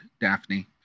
Daphne